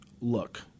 look